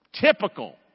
Typical